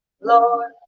Lord